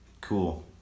Cool